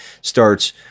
starts